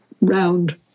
round